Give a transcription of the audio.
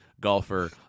golfer